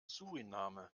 suriname